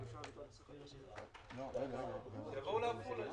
אם נכריז הפסקה, נצטרך לשלוח להם